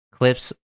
clips